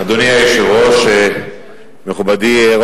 אדוני ראש הממשלה,